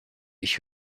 ich